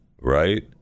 right